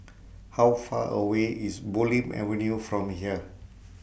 How Far away IS Bulim Avenue from here